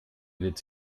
wird